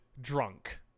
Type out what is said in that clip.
drunk